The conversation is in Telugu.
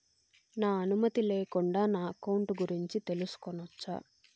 నా అనుమతి లేకుండా నా అకౌంట్ గురించి తెలుసుకొనొచ్చా?